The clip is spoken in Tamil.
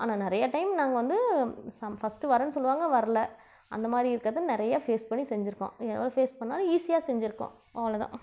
ஆனால் நிறைய டைம் நாங்கள் வந்து ஃபஸ்ட்டு வரேன்னு சொல்லுவாங்க வரல அந்தமாதிரி இருக்கிறது நிறைய ஃபேஸ் பண்ணி செஞ்சுருக்கோம் எவ்வளோ ஃபேஸ் பண்ணாலும் ஈஸியாக செஞ்சுருக்கோம் அவ்வளோதான்